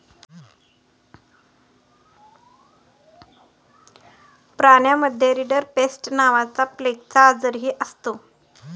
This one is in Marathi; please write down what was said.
प्राण्यांमध्ये रिंडरपेस्ट नावाचा प्लेगचा आजारही असतो